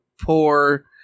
poor